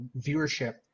viewership